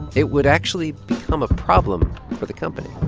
it would actually become a problem for the company